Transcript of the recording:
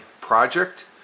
project